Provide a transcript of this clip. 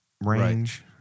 range